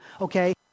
okay